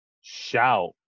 shout